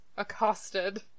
accosted